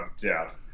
death